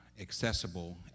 accessible